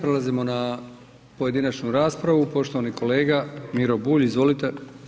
Prelazimo na pojedinačnu raspravu, poštovani kolega Miro Bulj, izvolite.